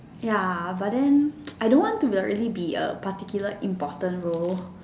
ya but then I don't want to be a really be a particular important role